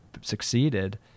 succeeded